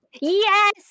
Yes